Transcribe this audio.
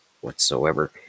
whatsoever